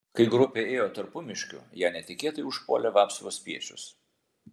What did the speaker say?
kai grupė ėjo tarpumiškiu ją netikėtai užpuolė vapsvų spiečius